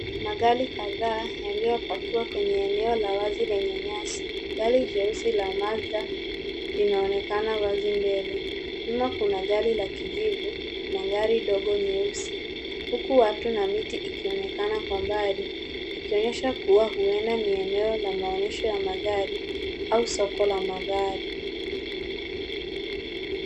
Magari kadhaa yaliyopakiwa kwenye eneo la wazi lenye nyasi. Gari jeusi la Mazda linaonekana wazi mbele. Nyuma kuna gari la kijivu na gari dogo jeusi huku watu na miti ikionekana kwa mbali ikionyesha kuwa huenda ni eneo la maonyesho ya magari au soko la magari